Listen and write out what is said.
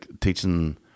teaching